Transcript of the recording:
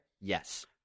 Yes